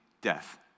death